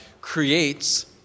creates